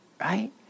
right